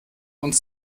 uns